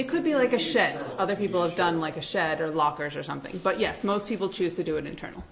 it could be like a shed other people have done like a sadder lockers or something but yes most people choose to do an internal